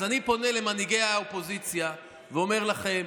אז אני פונה למנהיגי האופוזיציה ואומר לכם: